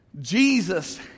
Jesus